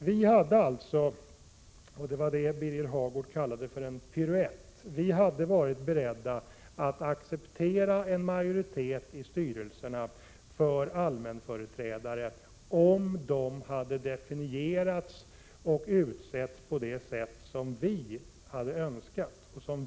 Vi hade alltså varit beredda — det var detta Birger Hagård kallade en piruett — att acceptera en majoritet i styrelserna för allmänföreträdarna, om de hade definierats och utsetts på det sätt som vi hade önskat.